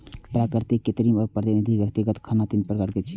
प्राकृतिक, कृत्रिम आ प्रतिनिधि व्यक्तिगत खाता तीन प्रकार छियै